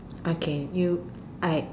okay you I